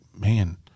man